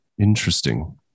Interesting